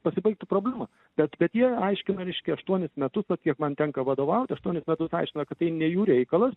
pasibaigtų problema bet bet jie aiškina reiškia aštuonis metus vat kiek man tenka vadovaut aštuonis metus aiškina kad tai ne jų reikalas